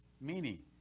meaning